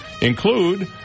include